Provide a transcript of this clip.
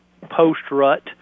post-rut